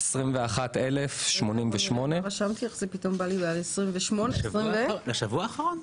נכון לשבוע האחרון?